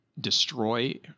destroy